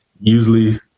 Usually